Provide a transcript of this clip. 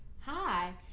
hi,